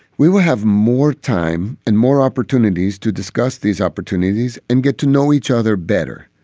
we will have more time and more opportunities to discuss these opportunities and get to know each other better.